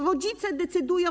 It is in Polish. Rodzice decydują.